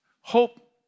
Hope